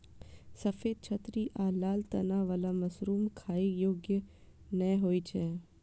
सफेद छतरी आ लाल तना बला मशरूम खाइ योग्य नै होइ छै